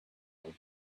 old